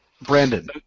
Brandon